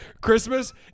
Christmas